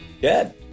Good